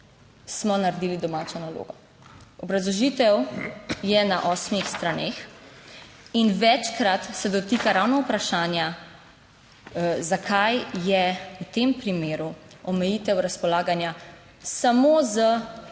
smo naredili domačo nalogo. Obrazložitev je na osmih straneh. In večkrat se dotika ravno vprašanja, zakaj je v tem primeru omejitev razpolaganja samo s